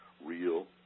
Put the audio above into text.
Real